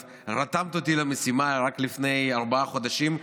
את רתמת אותי למשימה רק לפני ארבעה חודשים,